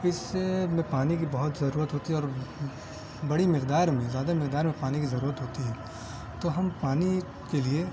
اس سے میں پانی کی بہت ضرورت ہوتی ہے اور بڑی مقدار میں زیادہ مقدار میں پانی کی ضرورت ہوتی ہے تو ہم پانی کے لیے